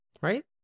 right